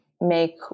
make